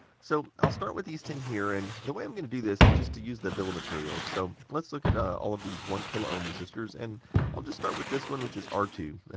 so i'll start with these ten here, and the way i'm going to do this is just to use the bill of materials. so let's look at ah all of these one kilo-ohm resistors and i'll just start with this one which is r two.